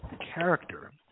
character